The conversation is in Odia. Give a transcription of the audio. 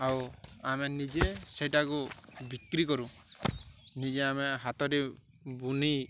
ଆଉ ଆମେ ନିଜେ ସେଇଟାକୁ ବିକ୍ରି କରୁ ନିଜେ ଆମେ ହାତରେ ବୁଣି